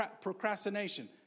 procrastination